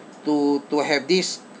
to to have this